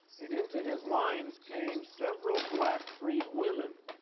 and into his lines came several black freed women